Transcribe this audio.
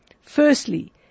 Firstly